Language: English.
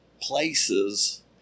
places